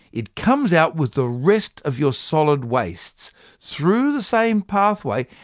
it comes out with the rest of your solid wastes through the same pathway,